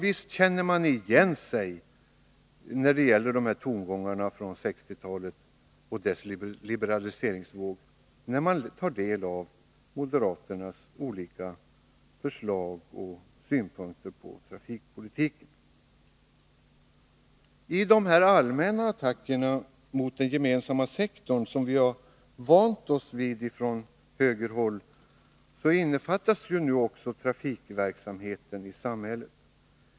Visst känner man igen sig när det gäller dessa tongångar från 1960-talet och dess liberaliseringsvåg, när man tar del av moderaternas olika förslag och synpunkter på trafikpolitiken. I de allmänna attacker mot den gemensamma sektorn som vi har vant oss vid från högerhåll innefattas nu också trafikverksamheten i samhället.